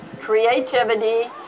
creativity